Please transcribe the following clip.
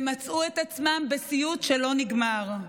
ומצאו את עצמם בסיוט שלא נגמר.